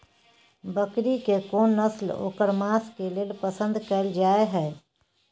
बकरी के कोन नस्ल ओकर मांस के लेल पसंद कैल जाय हय?